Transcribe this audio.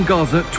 Gaza